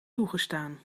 toegestaan